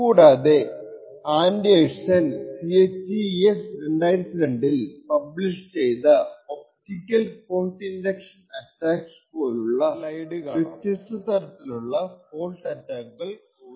കൂടാതെ Anderson CHES 2002 ൽ publish ചെയ്ത ഒപ്റ്റിക്കൽ ഫോൾട്ട് ഇൻഡക്ഷൻ അറ്റാക്സ് പോലുള്ള വ്യത്യസ്ത തരത്തിലുള്ള ഫോൾട്ട് അറ്റാക്കുകൾ ഉണ്ട്